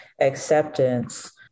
acceptance